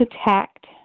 attacked